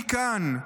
אני כאן,